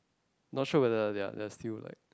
not sure whether they are they are still like